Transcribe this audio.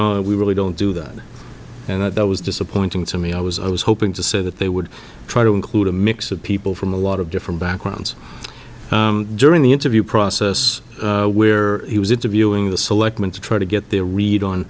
know we really don't do that and that was disappointing to me i was i was hoping to say that they would try to include a mix of people from a lot of different backgrounds during the interview process where he was interviewing the selectmen to try to get their read on